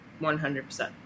100%